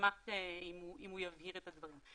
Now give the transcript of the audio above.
אשמח אם הוא יבהיר את הדברים.